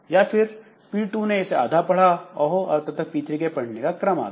या फिर P2 ने इसे आधा पढ़ा हो और तब तक P3 के पढ़ने का क्रम आ गया